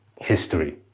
history